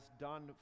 done